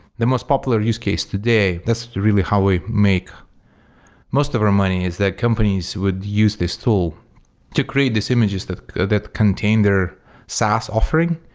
the most popular use case today, that's really how we make most of our money is that companies would use this tool to create these images that that contain their saas offering.